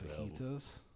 fajitas